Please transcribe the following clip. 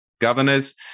governors